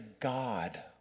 God